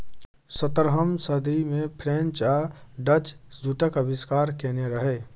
सतरहम सदी मे फ्रेंच आ डच जुटक आविष्कार केने रहय